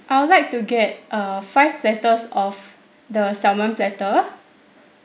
I would like to get err five platters of the salmon platter